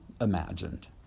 imagined